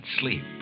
sleep